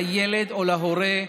לילד או להורה,